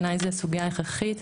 היא סוגיה הכרחית.